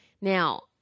Now